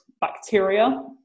bacteria